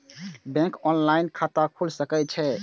Bank में online खाता खुल सके छे?